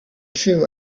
true